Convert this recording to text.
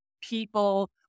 people